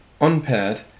unpaired